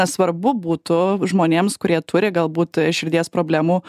svarbu būtų žmonėms kurie turi galbūt širdies problemų